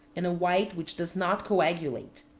and a white which does not coagulate.